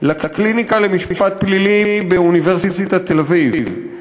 לקליניקה למשפט פלילי באוניברסיטת תל-אביב,